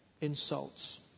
insults